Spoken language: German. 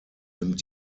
nimmt